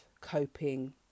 coping